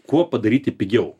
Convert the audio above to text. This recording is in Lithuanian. kuo padaryti pigiau